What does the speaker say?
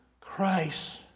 Christ